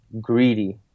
greedy